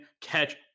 catch